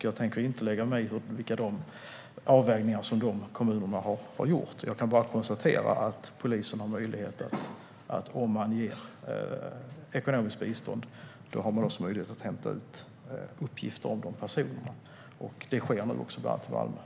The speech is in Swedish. Jag tänker inte lägga mig i vilka avvägningar kommunerna har gjort, utan jag kan bara konstatera att polisen har möjlighet att hämta ut uppgifter om personer som får ekonomiskt bistånd. Detta sker nu, bland annat i Malmö.